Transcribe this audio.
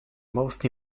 most